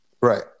Right